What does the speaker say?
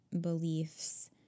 beliefs